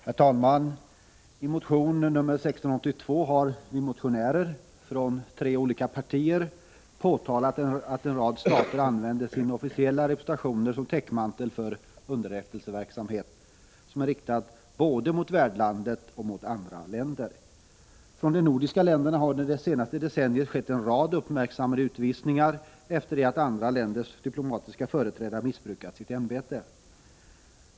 Herr talman! I motion 1682 har vi motionärer, från tre olika partier, påtalat att en rad stater använder sina officiella representationer som täckmantel för underrättelseverksamhet som är riktad både mot värdlandet och mot andra länder. Från de nordiska länderna har under det senaste decenniet skett en rad uppmärksammade utvisningar efter det att andra länders diplomatiska företrädare missbrukat sitt ämbete.